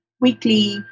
weekly